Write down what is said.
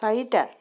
চাৰিটা